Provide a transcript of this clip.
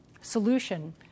solution